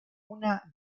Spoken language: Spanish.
una